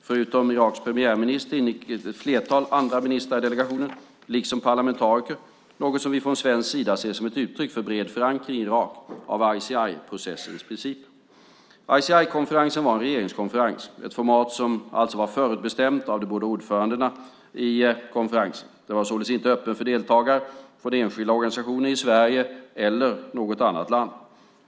Förutom Iraks premiärminister Nouri al-Maliki ingick ett flertal andra ministrar i delegationen, liksom parlamentariker, något som vi från svensk sida ser som ett uttryck för bred förankring i Irak av ICI-processens principer. ICI-konferensen var en regeringskonferens. Det var ett format som alltså var förutbestämt av de båda ordförandena i konferensen. Den var således inte öppen för deltagare från enskilda organisationer i Sverige eller något annat land.